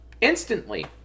Instantly